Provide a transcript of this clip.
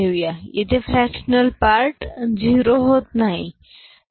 इथे fractional part zero होत नाही